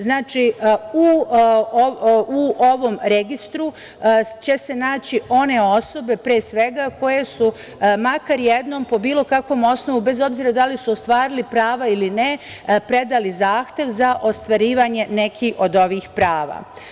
Znači, u ovom registru će se naći one osobe pre svega koje su makar jednom, po bilo kakvom osnovu, bez obzira da li su ostvarili prava ili ne, predali zahtev za ostvarivanje nekih od ovih prava.